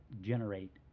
generate